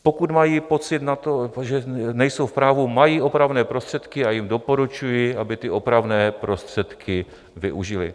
Pokud mají pocit na to, že nejsou v právu, mají opravné prostředky a já jim doporučuji, aby ty opravné prostředky využili.